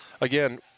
again